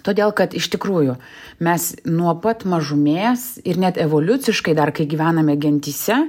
todėl kad iš tikrųjų mes nuo pat mažumės ir net evoliuciškai dar kai gyvename gentyse